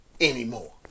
anymore